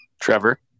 Trevor